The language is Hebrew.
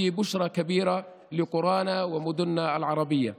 יש בו בשורה גדולה לכפרים והערים הערביים שלנו.